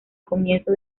comienzo